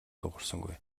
дуугарсангүй